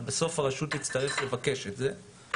אבל בסוף הרשות המקומית תצטרך לבקש את זה.